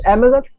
Amazon